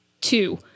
two